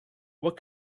what